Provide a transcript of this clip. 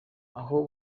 aho